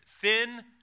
thin